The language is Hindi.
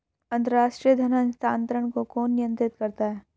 अंतर्राष्ट्रीय धन हस्तांतरण को कौन नियंत्रित करता है?